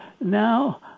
now